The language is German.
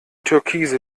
türkise